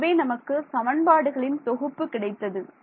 ஆகவே நமக்கு சமன்பாடுகளின் தொகுப்பு கிடைத்தது